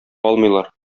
алмыйлар